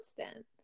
constant